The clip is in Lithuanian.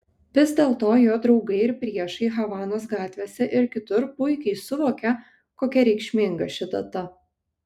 vis dėlto jo draugai ir priešai havanos gatvėse ir kitur puikiai suvokia kokia reikšminga ši data